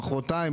מוחרתיים,